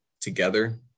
together